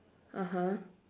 (uh huh)